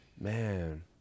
Man